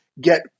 get